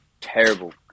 terrible